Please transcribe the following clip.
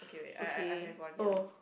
okay oh